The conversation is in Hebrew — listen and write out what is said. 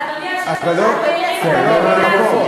מהמקום.